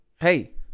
Hey